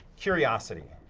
curiosity.